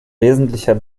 wesentlicher